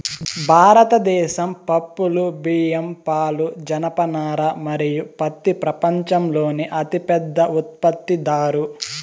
భారతదేశం పప్పులు, బియ్యం, పాలు, జనపనార మరియు పత్తి ప్రపంచంలోనే అతిపెద్ద ఉత్పత్తిదారు